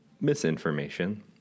misinformation